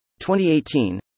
2018